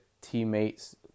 teammates